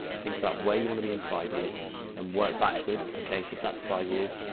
think about where you want to be in five years and work backwards. a case if that's five years,